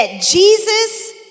Jesus